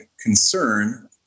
concern